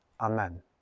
Amen